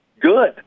good